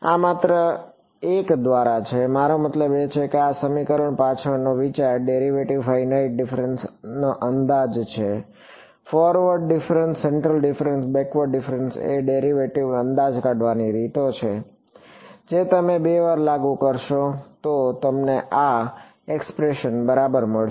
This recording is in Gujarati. આ માત્ર એક દ્વારા છે મારો મતલબ છે કે આ સમીકરણ પાછળનો વિચાર ડેરિવેટિવના ફાઇનાઇટ ડિફફરેન્સનો અંદાજ છે forward difference central difference backward difference એ ડેરિવેટિવનો અંદાજ કાઢવાની રીતો છે જે તમે બે વાર લાગુ કરશો તો તમને આ એક્સપ્રેશન બરાબર મળશે